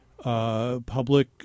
Public